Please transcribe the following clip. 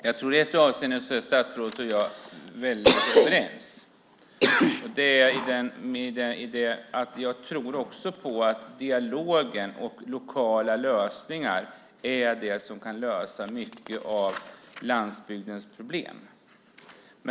Herr talman! I ett avseende tror jag att statsrådet och jag är väldigt överens, och det är att jag också tror att dialog och lokala lösningar är det som kan lösa mycket av landsbygdens problem.